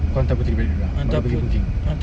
kau hantar puteri balik dulu ah baru balik boon keng